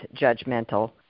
judgmental